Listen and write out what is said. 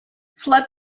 flood